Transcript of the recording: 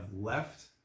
left